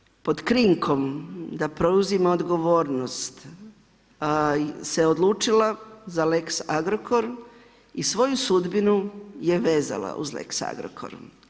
Ova Vlada pod krinkom da preuzima odgovornost se odlučila za lex Agrokor i svoju sudbinu je vezala uz lex Agrokor.